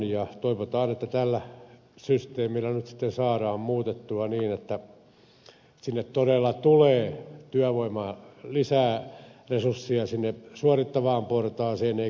toivotaan että tällä systeemillä nyt sitten saadaan tilanne muutettua niin että sinne todella tulee työvoimaa lisää resursseja sinne suorittavaan portaaseen eikä hallintoon